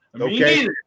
Okay